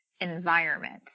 environment